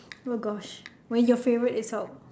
oh gosh when your favourite is out